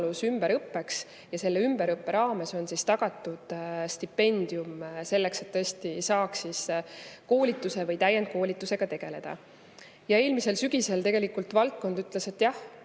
ümberõppeks ja selle ümberõppe raames on tagatud stipendium selleks, et tõesti saaks koolituse või täiendkoolitusega tegeleda. Eelmisel sügisel tegelikult valdkond ütles, et jah,